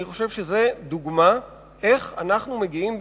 אני חושב שזה דוגמה איך אנחנו מגיעים,